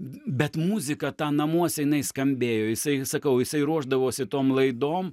bet muzika ta namuose jinai skambėjo jisai sakau jisai ruošdavosi tom laidom